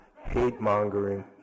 hate-mongering